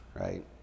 right